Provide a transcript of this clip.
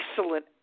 excellent